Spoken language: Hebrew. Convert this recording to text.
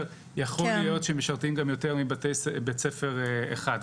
יכול להיות שהם משרתים יותר מבית-ספר אחד,